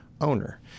owner